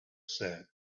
said